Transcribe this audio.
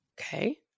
Okay